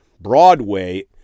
Broadway